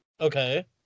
Okay